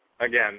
again